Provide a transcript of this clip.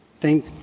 Thank